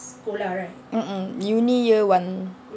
mm mm uni year one